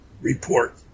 report